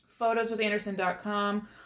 Photoswithanderson.com